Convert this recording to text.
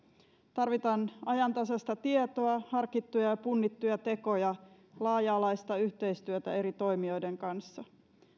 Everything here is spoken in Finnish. tarvitaan ajantasaista tietoa harkittuja ja punnittuja tekoja laaja alaista yhteistyötä eri toimijoiden kanssa